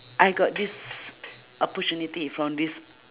I got this opportunity from this